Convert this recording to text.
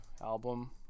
album